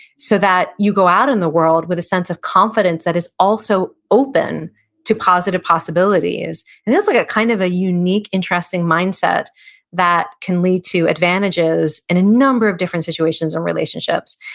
so that you go out in the world with a sense of confidence that is also open to positive possibilities. and that's like ah kind kind of a unique, interesting mindset that can lead to advantages in a number of different situations and relationships,